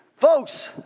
Folks